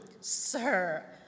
Sir